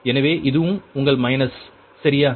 எனவே இதுவும் உங்கள் மைனஸ் சரியா